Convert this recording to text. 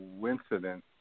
coincidence